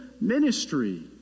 ministry